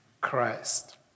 Christ